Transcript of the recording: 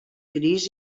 gris